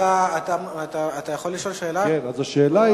השאלה היא,